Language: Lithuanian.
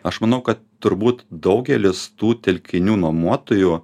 aš manau kad turbūt daugelis tų telkinių nuomuotojų